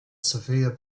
severe